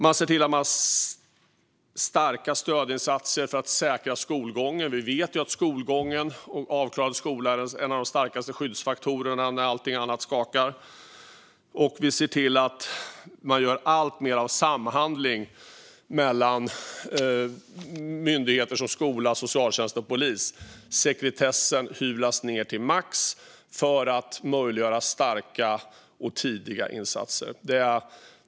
Man ser till att ha starka stödinsatser för att säkra skolgången. Vi vet att skolgången och avklarad skola är en av de starkaste skyddsfaktorerna när allting annat skakar. Man ser också till att göra alltmer av samhandling mellan skola, socialtjänst och polis. Sekretessen hyvlas ned till max för att möjliggöra starka och tidiga insatser.